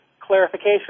clarification